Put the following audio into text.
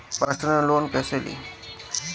Personal loan कैसे ली?